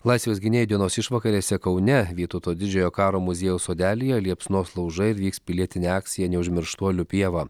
laisvės gynėjų dienos išvakarėse kaune vytauto didžiojo karo muziejaus sodelyje liepsnos laužai ir vyks pilietinė akcija neužmirštuolių pieva